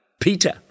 Peter